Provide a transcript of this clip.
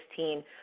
2016